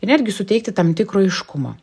ir netgi suteikti tam tikro aiškumo